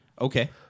Okay